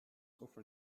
offer